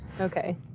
Okay